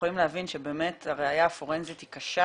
יכולים להבין שבאמת הראיה הפורנזית היא קשה.